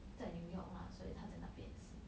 在 new york lah 所以他在那边也是